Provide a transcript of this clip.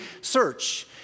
search